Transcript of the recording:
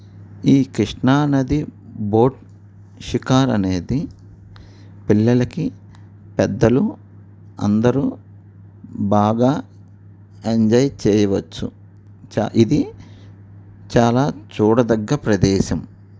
ఈ కృష్ణా నది బోట్ షికార్ అనేది పిల్లలకి పెద్దలు అందరూ బాగా ఎంజాయ్ చేయవచ్చు ఇది చాలా చూడదగ్గ ప్రదేశం